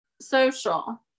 social